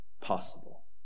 possible